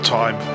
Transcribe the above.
time